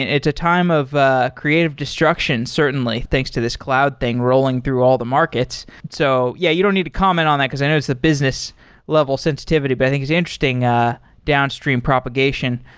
it's a time of ah creative destruction, certainly. thanks to this cloud thing rolling through all the markets. so, yeah, you don't need to comment on that, because i know it's the business level sensitivity. but i think it's an interesting ah downstream propagation.